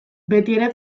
betiere